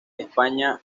españa